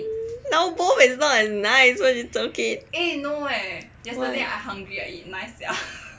now both is not as nice what you talking